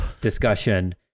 discussion